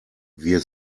wir